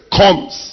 comes